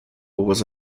was